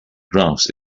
graphs